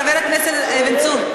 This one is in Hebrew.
חבר הכנסת בן צור,